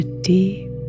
deep